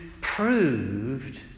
proved